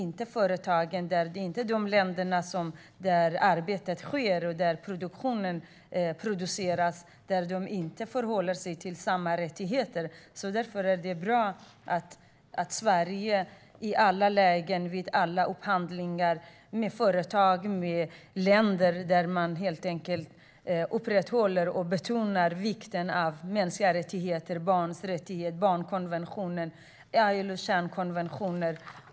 Om inte länderna där arbetet och produktionen sker håller sig till samma rättigheter hjälper inte det. Därför är det bra att Sverige i alla lägen vid alla upphandlingar med företag och länder helt enkelt upprätthåller och betonar vikten av mänskliga rättigheter, barns rättigheter, barnkonventionen och ILO:s kärnkonventioner.